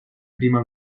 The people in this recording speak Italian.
prima